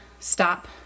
stop